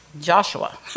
Joshua